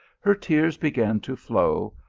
her tears began to flow,